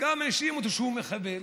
האשים אותו שהוא מחבל,